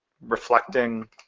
reflecting